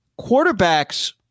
Quarterbacks